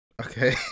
Okay